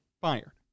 fired